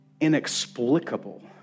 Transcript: inexplicable